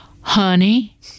honey